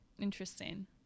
Interesting